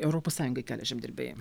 europos sąjungai kelia žemdirbiai